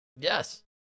Yes